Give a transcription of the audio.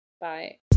Bye